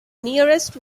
nearest